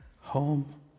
Home